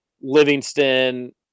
Livingston